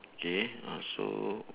K uh so